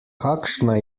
kakšna